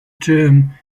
term